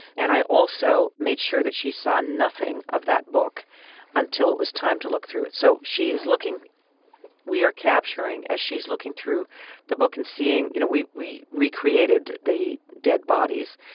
and i also made sure that she saw nothing of that book until it was time to look through it. so she is looking we are capturing as she's looking through the book and seeing you know, we we recreated the dead bodies,